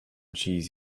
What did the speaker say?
cheese